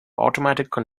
automatic